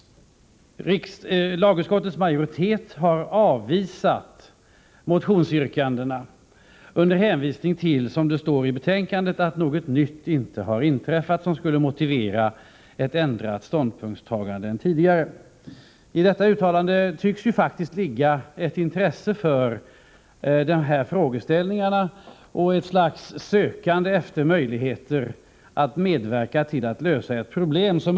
Lagutskottets majoritet har avvisat motionsyrkandena med hänvisning till, som det står i betänkandet, att något nytt inte inträffat som skulle motivera ett ändrat ståndpunktstagande. I detta uttalande tycks faktiskt ligga ett intresse för frågeställningarna och ett slags sökande efter möjligheter att medverka till att lösa ett problem.